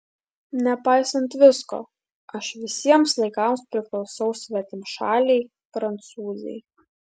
nepaisant visko aš visiems laikams priklausau svetimšalei prancūzei